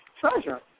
treasure